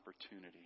opportunity